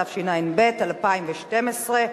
התשע"ב 2012,